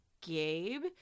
gabe